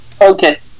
Okay